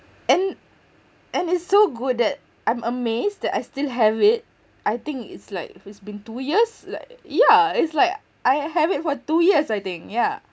and and it's so good that I'm amazed that I still have it I think it's like it's been two years like yeah it's like I have it for two years I think yeah